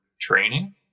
training